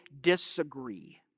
disagree